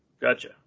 gotcha